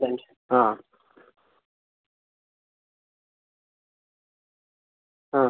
thank you ആ ആ